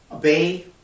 Obey